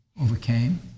Overcame